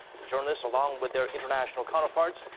the journalists, along with their international counterparts.